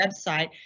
website